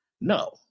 no